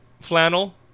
flannel